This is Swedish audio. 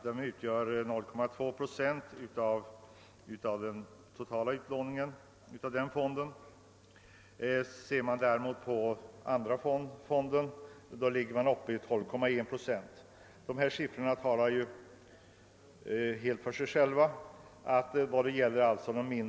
De utgör endast 0,2 procent av den totala utlåningen genom denna fond. Återlånen genom delfond II ligger däremot uppe i 12,1 procent av motsvarande utlåning. Dessa siffror talar för sig själva.